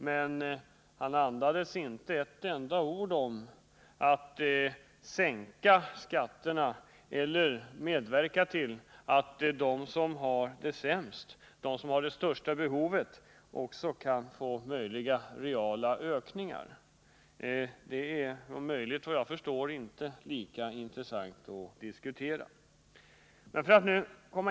Men han andades inte ett ord om att sänka skatterna för dem som har det sämst eller medverka till att ge dem som har det största behovet möjliga reala ökningar av inkomsterna. Det är tydligen inte lika intressant att diskutera.